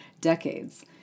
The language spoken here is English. decades